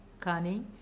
Kani